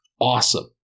awesome